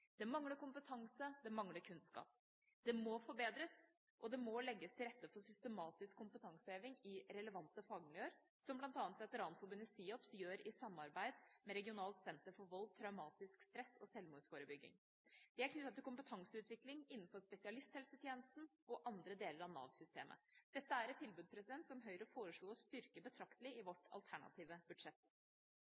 Det mangler kompetanse, og det mangler kunnskap. Det må forbedres, og det må legges til rette for systematisk kompetanseheving i relevante fagmiljøer, slik bl.a. Veteranforbundet SIOPS gjør i samarbeid med Regionalt ressurssenter om vold, traumatisk stress og selvmordsforebygging. Det er knyttet til kompetanseutvikling innenfor spesialisthelsetjenesten og andre deler av Nav-systemet. Dette er et tilbud som Høyre foreslo å styrke betraktelig i